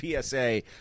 PSA